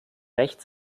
recht